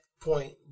point